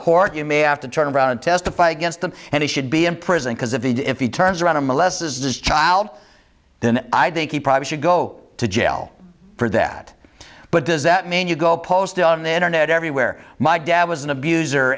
court you may have to turn around and testify against them and he should be in prison because if he did if he turns around to molest this is child then i think he probably should go to jail for that but does that mean you go post on the internet everywhere my dad was an abuser